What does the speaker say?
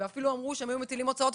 ואפילו אמרו שהם היו מטילים הוצאות